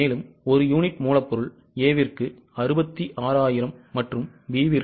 எனவே ஒரு யூனிட் மூலப்பொருள் A விற்கு 66000 மற்றும் B விற்கு 55000